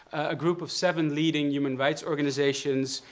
a group of seven leading human rights organizations,